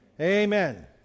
amen